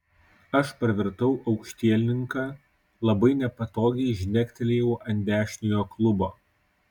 aš parvirtau aukštielninka labai nepatogiai žnektelėjau ant dešiniojo klubo